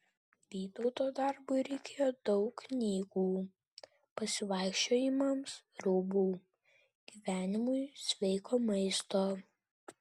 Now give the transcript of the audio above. vytauto darbui reikėjo daug knygų pasivaikščiojimams rūbų gyvenimui sveiko maisto